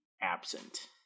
absent